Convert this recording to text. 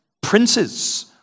princes